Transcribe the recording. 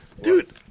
Dude